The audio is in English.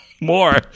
more